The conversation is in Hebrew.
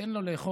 נותן לו לאכול.